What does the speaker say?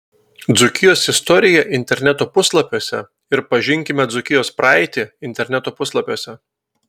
dzūkijos istorija interneto puslapiuose ir pažinkime dzūkijos praeitį interneto puslapiuose